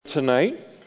tonight